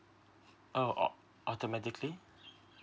oh au~ automatically